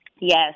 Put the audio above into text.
Yes